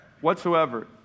whatsoever